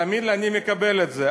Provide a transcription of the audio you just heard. תאמין לי, אני מקבל את זה.